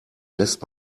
lässt